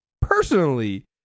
personally